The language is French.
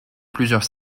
plusieurs